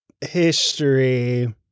history